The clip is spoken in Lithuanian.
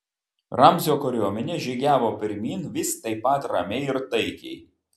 ramzio kariuomenė žygiavo pirmyn vis taip pat ramiai ir taikiai